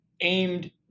aimed